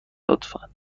لطفا